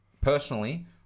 personally